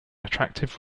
attractive